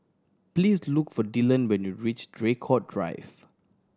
please look for Dillon when you reach Draycott Drive